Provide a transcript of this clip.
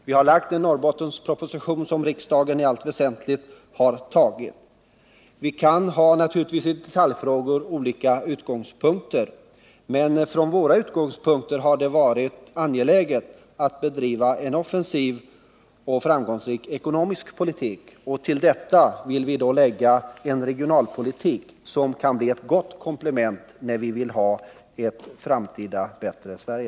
Vi har lagt fram en Norrbottensproposition, som riksdagen i allt väsentligt har tagit. Naturligtvis kan vi i detaljfrågor ha olika utgångspunkter, men för oss har det varit angeläget att bedriva en offensiv och framgångsrik ekonomisk politik. Till detta vill vi nu lägga en regionalpolitik som kan bli ett gott komplement när det gäller ett framtida bättre Sverige.